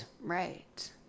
Right